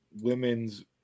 women's